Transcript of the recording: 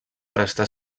prestar